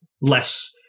less